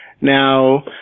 now